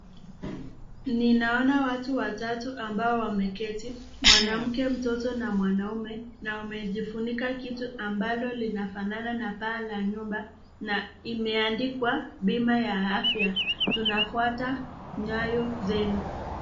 Ninaona watu watatu ambao wameketi mwanamke, mtoto na mwanaume wamejifunika kitu ambalo linafsnana na paa la ya nyumba na imeandikwa pima ya afya tunafuata nayo zenu.